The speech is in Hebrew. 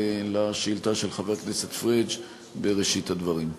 השאילתה של חבר הכנסת פריג' בראשית הדברים.